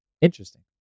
interesting